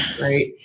right